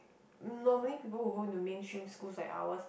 normally people who go to mainstream schools like ours